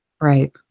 Right